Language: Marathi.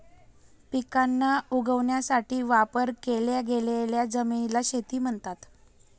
पिकांना उगवण्यासाठी वापर केल्या गेलेल्या जमिनीला शेती म्हणतात